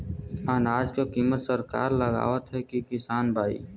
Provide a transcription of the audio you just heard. अनाज क कीमत सरकार लगावत हैं कि किसान भाई?